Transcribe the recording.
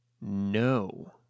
No